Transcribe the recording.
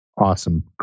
Awesome